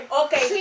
okay